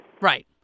Right